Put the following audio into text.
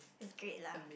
is great lah